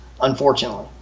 unfortunately